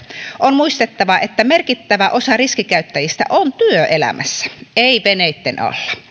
on muistettava että merkittävä osa riskikäyttäjistä on työelämässä ei veneitten alla